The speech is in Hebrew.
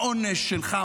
העונש שלך,